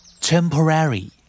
Temporary